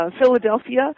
Philadelphia